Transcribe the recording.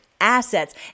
assets